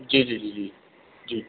जी जी जी जी जी